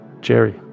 Jerry